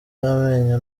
y’amenyo